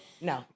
No